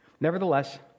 Nevertheless